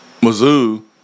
Mizzou